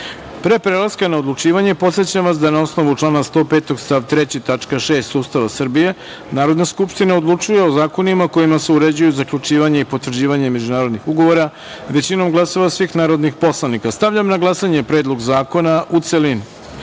prelaska na odlučivanje, podsećam vas da, na osnovu člana 105. stav 3. tačka 6. Ustava Srbije, Narodna skupština odlučuje o zakonima kojima se uređuju zaključivanje i potvrđivanje međunarodnih ugovora većinom glasova svih narodnih poslanika. Stavljam na glasanje Predlog zakona, u celini. Molim